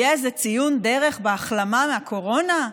יהיה איזה ציון דרך בהחלמה מהקורונה?